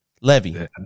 Levy